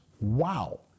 Wow